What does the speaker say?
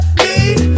need